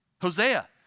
Hosea